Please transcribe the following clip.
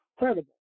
incredible